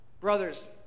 brothers